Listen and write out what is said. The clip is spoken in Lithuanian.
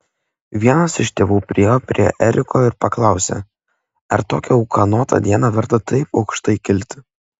vienas iš tėvų priėjo prie eriko ir paklausė ar tokią ūkanotą dieną verta taip aukštai kilti